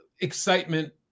excitement